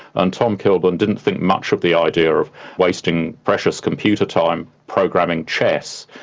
and tom kilburn didn't think much of the idea of wasting precious computer time programming chess.